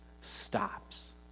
stops